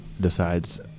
decides